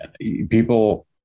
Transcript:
people